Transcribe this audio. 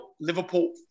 Liverpool